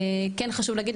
כן חשוב להגיד,